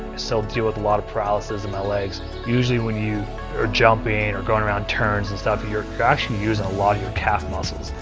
still deal with a lot of paralysis in my legs. usually when you are jumping, or going around turns and stuff, you're actually using a lot of your calf muscles.